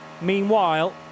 Meanwhile